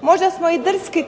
Možda smo i drski